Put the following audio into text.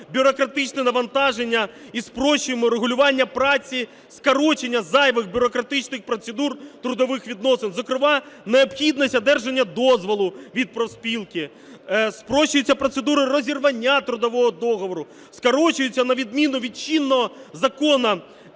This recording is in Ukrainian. бюрократичне навантаження і спрощуємо регулювання праці, скорочення зайвих бюрократичних процедур трудових відносин, зокрема необхідність одержання дозволу від профспілки, спрощується процедура розірвання трудового договору, скорочується на відміну від чинного закону